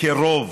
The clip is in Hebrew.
כרוב